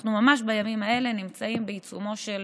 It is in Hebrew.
אנחנו ממש בימים האלה נמצאים בעיצומו של